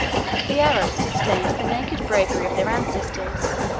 the arabs disdained the naked bravery of their ancestors.